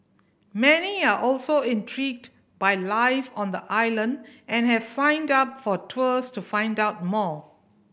many are also intrigued by life on the island and have signed up for tours to find out more